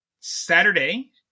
Saturday